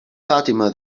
fatima